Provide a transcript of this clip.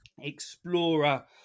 explorer